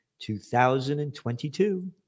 2022